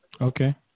Okay